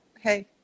hey